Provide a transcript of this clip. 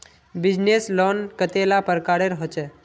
Business loan कतेला प्रकारेर होचे?